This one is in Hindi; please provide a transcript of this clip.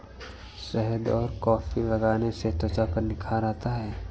शहद और कॉफी लगाने से त्वचा पर निखार आता है